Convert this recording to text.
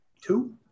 two